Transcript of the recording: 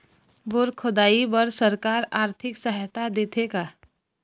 Bore खोदाई बर सरकार आरथिक सहायता देथे का?